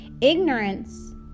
Ignorance